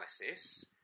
analysis